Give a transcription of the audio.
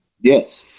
Yes